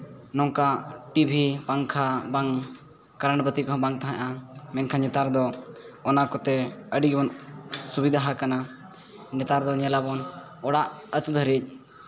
ᱱᱚᱝᱠᱟ ᱴᱤᱵᱷᱤ ᱯᱟᱝᱠᱷᱟ ᱵᱟᱝ ᱠᱟᱨᱮᱱ ᱵᱟᱹᱛᱤ ᱠᱚᱦᱚᱸ ᱵᱟᱝ ᱛᱟᱦᱮᱸᱜᱼᱟ ᱢᱮᱱᱠᱷᱟᱱ ᱱᱮᱛᱟᱨ ᱫᱚ ᱚᱱᱟ ᱠᱚᱛᱮ ᱟᱹᱰᱤᱵᱚᱱ ᱥᱩᱵᱤᱫᱷᱟ ᱦᱟᱠᱟᱱᱟ ᱱᱮᱛᱟᱨ ᱫᱚ ᱧᱮᱞᱟᱵᱚᱱ ᱚᱲᱟᱜ ᱟᱛᱳ ᱦᱟᱹᱨᱤᱡᱽ